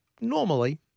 normally